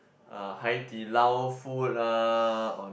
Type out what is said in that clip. uh Hai-Di-Lao food lah